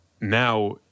Now